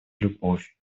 любовь